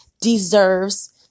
deserves